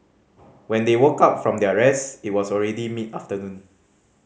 when they woke up from their rest it was already mid afternoon